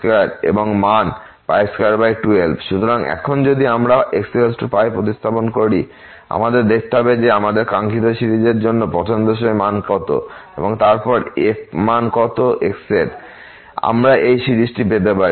সুতরাং এখন যদি আমরা xπ প্রতিস্থাপিত করি আমাদের দেখতে হবে যে আমাদের কাঙ্ক্ষিত সিরিজের জন্য পছন্দসই মান কত এবং তারপর f মান কত x এর আমরা সেই সিরিজটি পেতে পারি